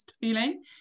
feeling